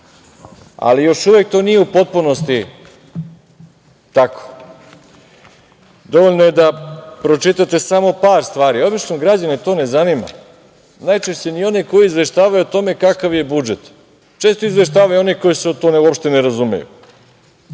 još uvek to nije u potpunosti tako. Dovoljno je da pročitate samo par stvari. Obično građane to ne zanima, najčešće ni one koji izveštavaju o tome kakav je budžet. Često izveštavaju oni koji se u to uopšte ne razumeju. Zato